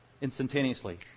instantaneously